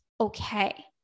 okay